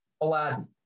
Aladdin